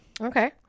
Okay